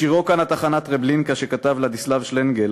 בשירו "כאן התחנה טרבלינקה", שכתב ולדיסלב שלנגל